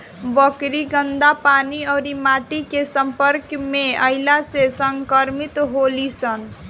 बकरी गन्दा पानी अउरी माटी के सम्पर्क में अईला से संक्रमित होली सन